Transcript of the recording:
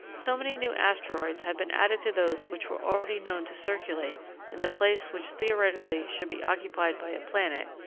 so many new asteroids have been added to those which were already known to circulate in the place which theoretically should be occupied by a planet,